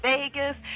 Vegas